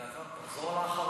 אלעזר, תחזור על האחרון.